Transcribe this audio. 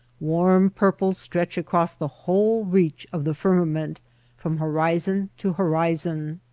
warm purples stretch across the whole reach of the firmament from horizon to horizon.